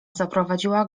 zaprowadziła